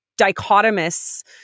dichotomous